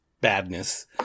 badness